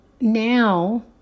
Now